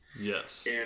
Yes